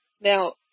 now